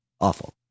awful